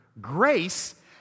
grace